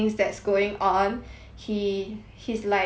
he he's like studying at home like